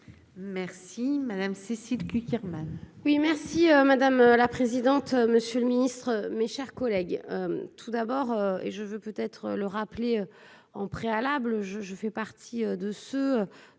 Merci Madame Cécile Cukierman.